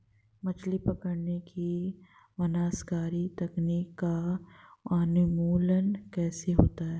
मछली पकड़ने की विनाशकारी तकनीक का उन्मूलन कैसे होगा?